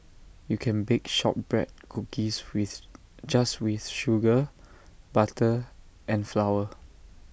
you can bake Shortbread Cookies with just with sugar butter and flour